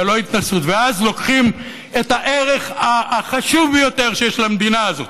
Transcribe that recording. ואז לוקחים את הערך החשוב ביותר שיש למדינה הזאת,